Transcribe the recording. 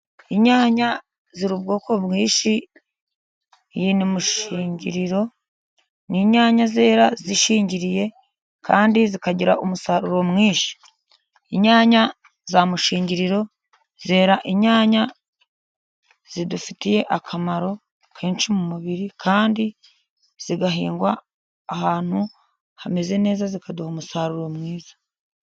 Inyanya zir'ubwoko bwinshi iyi ni mushingiriro n'inyanya zera zishingiriye, kandi zikagira umusaruro mwinshi. Inyanya za mushingiriro zera inyanya zidufitiye akamaro kenshi mu mubiri, kandi zigahingwa ahantu hameze neza zikaduha umusaruro mwiza.